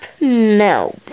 No